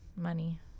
Money